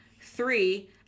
three